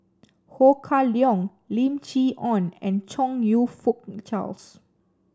Ho Kah Leong Lim Chee Onn and Chong You Fook Charles